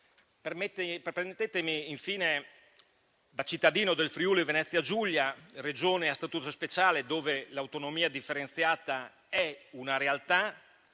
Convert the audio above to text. Permettetemi infine, da cittadino del Friuli-Venezia Giulia, Regione a Statuto speciale, dove l'autonomia differenziata è una realtà,